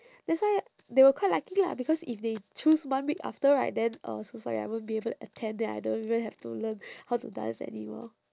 that's why they were quite lucky lah because if they choose one week after right then uh so sorry I won't be able to attend then I don't even have to learn how to dance anymore